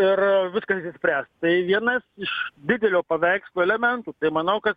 ir viskas išsispręs tai vienas iš didelio paveikslo elementų tai manau kad